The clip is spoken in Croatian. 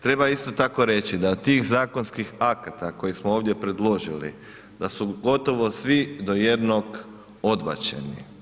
Treba isto tako reći da tih zakonskih akata kojih smo ovdje predložili, da su gotovo svi do jednog odbačeni.